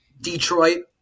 Detroit –